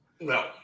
No